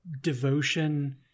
devotion